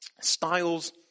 styles